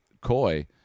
coy